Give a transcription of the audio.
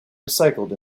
recycled